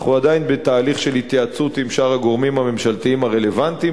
אנחנו עדיין בתהליך של התייעצות עם שאר הגורמים הממשלתיים הרלוונטיים,